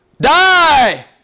Die